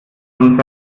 schon